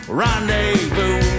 rendezvous